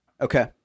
Okay